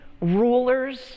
rulers